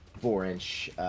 four-inch